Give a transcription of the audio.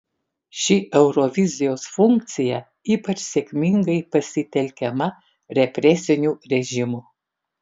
ši eurovizijos funkcija ypač sėkmingai pasitelkiama represinių režimų